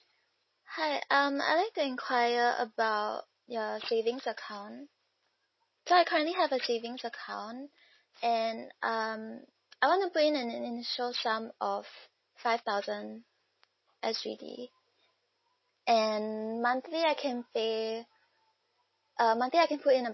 hi um I like to enquire about your savings account so I currently have a savings account and um I want to put in an initial sum of five thousand S_G_D and monthly I can pay uh monthly I can put in